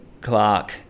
Clark